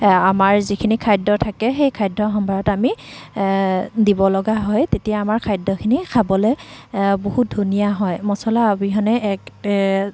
আমাৰ যিখিনি খাদ্য থাকে সেই খাদ্য সম্ভাৰত আমি দিব লগা হয় তেতিয়া আমাৰ খাদ্যখিনি খাবলৈ বহুত ধুনীয়া হয় মছলা অবিহনে এক